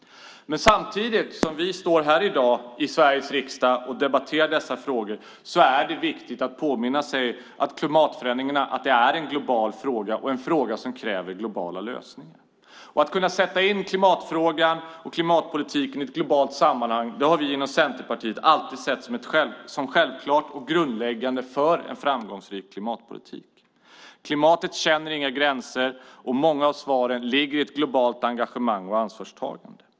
Samtidigt som vi står här i dag i Sveriges riksdag och debatterar dessa frågor är det viktigt att påminna sig om att klimatförändringarna är en global fråga och en fråga som kräver globala lösningar. Vi inom Centerpartiet har alltid sett det som självklart och grundläggande för en framgångsrik klimatpolitik att man sätter in klimatfrågan och klimatpolitiken i ett globalt sammanhang. Klimatet känner inga gränser. Många av svaren ligger i ett globalt engagemang och ansvarstagande.